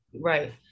Right